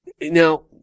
Now